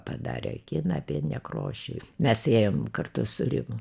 padarė kiną apie nekrošių mes ėjom kartu su rimu